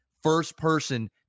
first-person